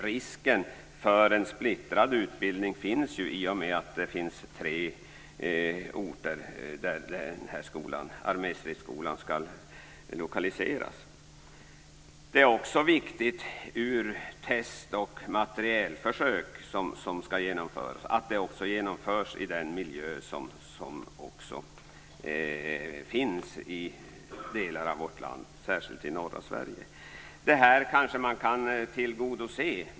Risken för en splittrad utbildning finns ju i och med att arméstridsskolan skall lokaliseras till tre orter. Det är också viktigt för de test och materielförsök som skall genomföras att det sker i den miljö som finns i delar av vårt land, särskilt i norra Sverige. Det här kanske man kan tillgodose.